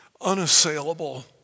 unassailable